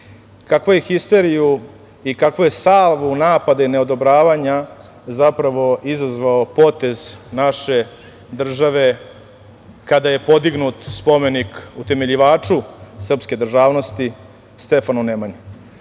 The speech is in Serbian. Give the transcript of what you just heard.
kakva je histeriju i kakvu je salvu napada i neodobravanja zapravo izazvao potez naše države kada je podignut spomenik utemeljivaču srpske državnosti Stefanu Nemanji.